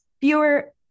fewer